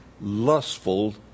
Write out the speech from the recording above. lustful